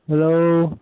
hello